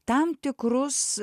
tam tikrus